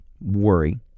worry